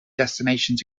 destinations